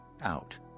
out